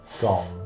gone